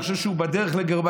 אני חושב שהוא בדרך לגרמניה,